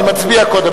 אני מצביע קודם,